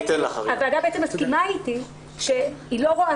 הוועדה בעצם מסכימה אתי שהיא לא רואה